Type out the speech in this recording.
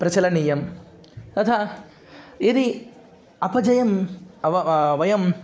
प्रचलनीयम् अथवा यदि अपजयम् अववयम्